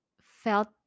felt